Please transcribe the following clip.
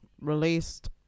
Released